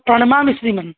प्रणमामि श्रीमन्